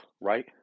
right